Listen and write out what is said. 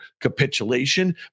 capitulation